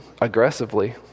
aggressively